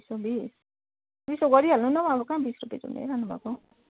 दुई सय बिस दुई सय गरिहाल्नु न हौ अब कहाँ बिस रुपियाँ झुन्ड्याइरहनु भएको